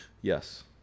Yes